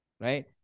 Right